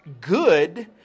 good